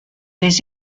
des